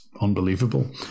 unbelievable